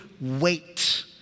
wait